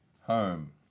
home